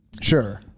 Sure